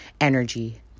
energy